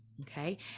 Okay